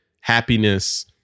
happiness